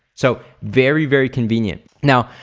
so, very very convenient. now,